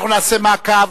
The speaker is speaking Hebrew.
אנחנו נעשה מעקב.